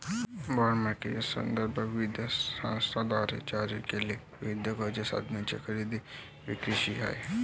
bond मार्केटचा संदर्भ विविध संस्थांद्वारे जारी केलेल्या विविध कर्ज साधनांच्या खरेदी विक्रीशी आहे